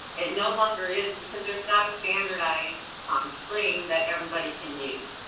it no longer is because there's not a standardized um screen that everybody can use.